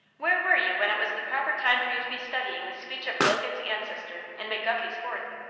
where were you when it was the proper time for you to be studying the speech of logan's ancestor in mcguffey's fourth?